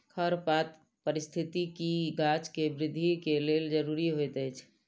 खरपात पारिस्थितिकी गाछ के वृद्धि के लेल ज़रूरी होइत अछि